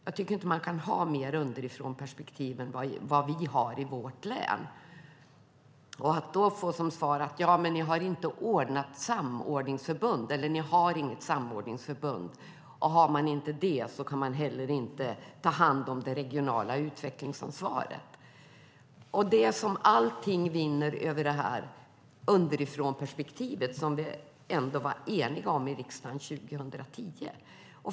Jag tycker inte att man kan ha mer underifrånperspektiv än vad vi har i vårt län. Då får vi som svar att vi inte har något samordningsförbund, och har man inte det kan man heller inte ta hand om det regionala utvecklingsansvaret - det som alltid vinner över underifrånperspektivet, som vi ändå var eniga om i riksdagen 2010.